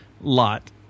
lot